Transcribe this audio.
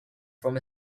from